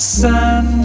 sun